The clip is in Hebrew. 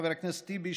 חבר הכנסת טיבי,